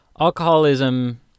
Alcoholism